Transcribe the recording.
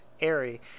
airy